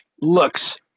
looks